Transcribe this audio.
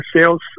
sales